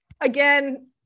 again